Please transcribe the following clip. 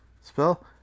spell